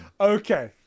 Okay